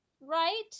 right